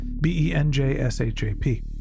B-E-N-J-S-H-A-P